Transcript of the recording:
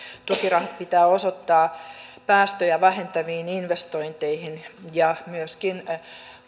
tukirahat pitää osoittaa päästöjä vähentäviin investointeihin ja myöskin